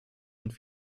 und